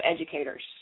educators